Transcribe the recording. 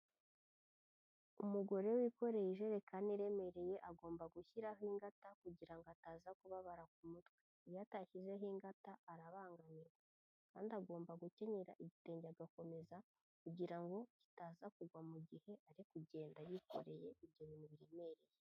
Umugore wikoreye ijerekani aremereye agomba gushyiraho ingata kugira ngo ataza kubabara ku mutwe, iyo atashyizeho ingata arabangamira kandi agomba gukenyera igitenge agakomeza kugira ngo kitaza kugwa mu gihe ari kugenda yikoreye ibyo bintu biremereye.